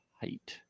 height